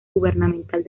gubernamental